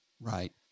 Right